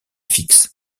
fixe